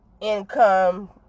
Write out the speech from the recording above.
income